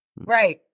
Right